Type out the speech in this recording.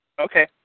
Okay